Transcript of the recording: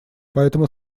поэтому